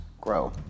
grow